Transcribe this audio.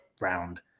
round